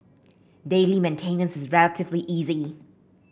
daily maintenance is relatively easy